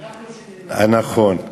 אנחנו שינינו, נכון.